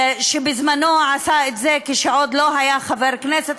שבזמנו עשה את זה כשעוד לא היה חבר כנסת.